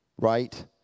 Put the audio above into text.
Right